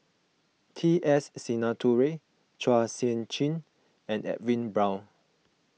T S Sinnathuray Chua Sian Chin and Edwin Brown